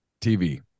TV